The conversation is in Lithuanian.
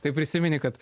tai prisimeni kad